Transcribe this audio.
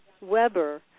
Weber